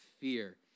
fear